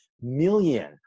million